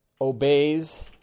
obeys